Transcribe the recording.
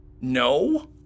No